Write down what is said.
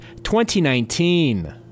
2019